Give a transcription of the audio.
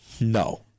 No